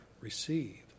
receive